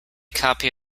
copy